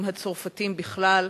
עם הצרפתים בכלל,